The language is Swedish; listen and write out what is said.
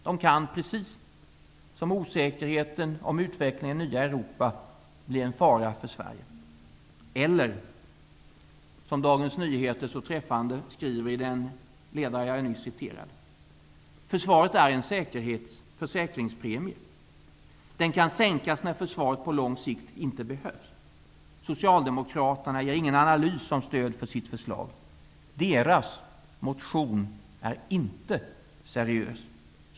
De kan, precis som osäkerheten om utvecklingen i det nya Europa, bli en fara för Sverige eller som Dagens Nyheter så träffande skriver i den ledare som jag nyss citerade: ''Försvaret är en försäkringspremie. Den kan sänkas när försvaret på lång sikt inte behövs. Socialdemokraterna ger ingen analys som stöd för sitt förslag. Deras motion är inte seriös.''